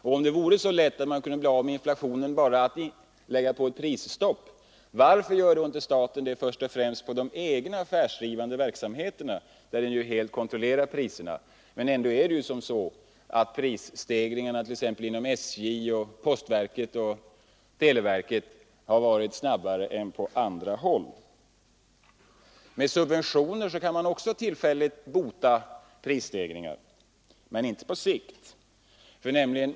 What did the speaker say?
Och om det vore så lätt att bli av med inflationen att man bara behövde införa prisstopp, varför gör då inte staten det först och främst på den egna affärsdrivande verksamheten, där staten helt kontrollerar priserna? Men prisstegringarna t.ex. inom SJ, postverket och televerket har varit snabbare än på andra håll. Med subventioner kan man också bota prisstegringar tillfälligt, men inte på sikt.